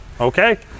okay